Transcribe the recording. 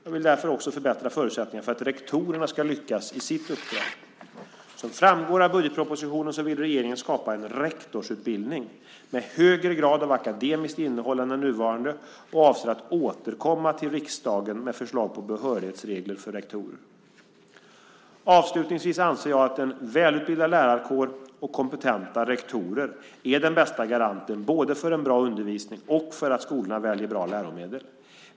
Jag vill därför förbättra förutsättningarna för att rektorerna ska lyckas i sitt uppdrag. Som framgår av budgetpropositionen vill regeringen skapa en rektorsutbildning med högre grad av akademiskt innehåll än den nuvarande och avser att återkomma till riksdagen med förslag på behörighetsregler för rektorer. Avslutningsvis anser jag att en välutbildad lärarkår och kompetenta rektorer är den bästa garanten både för en bra undervisning och för att skolorna väljer bra läromedel.